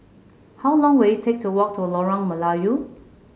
how long will it take to walk to Lorong Melayu